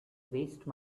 waste